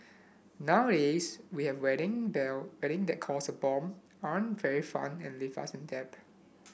nowadays we have wedding there wedding that cost a bomb aren't very fun and leave us in debt